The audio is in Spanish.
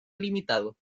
limitado